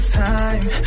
time